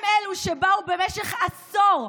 הם אלו שבאו במשך עשור,